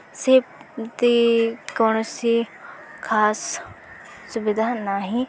ସେମିତି କୌଣସି ଖାସ୍ ସୁବିଧା ନାହିଁ